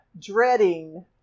dreading